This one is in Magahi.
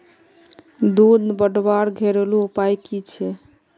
दूध बढ़वार घरेलू उपाय की छे?